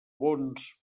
bons